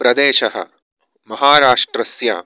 प्रदेशः महाराष्ट्रस्य